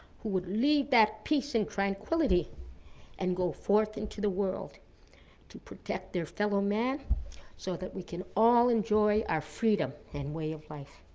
who would leave that peace and tranquility and go forth into the world to protect their fellow man so that we can all enjoy our freedom and way of life.